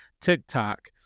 TikTok